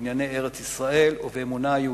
בענייני ארץ-ישראל ובאמונה היהודית.